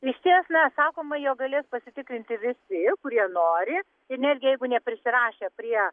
išties na sakoma jog galės pasitikrinti visi kurie nori ir netgi jeigu neprisirašę prie